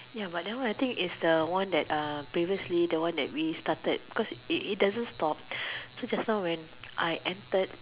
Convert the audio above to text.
ya but that one I think is the one that uh previously the one that we started it doesn't stop so just now when I entered